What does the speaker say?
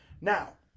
Now